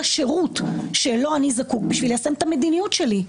השירות שלו אני זקוק בשביל ליישם את המדיניות שלי.